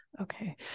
okay